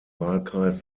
wahlkreis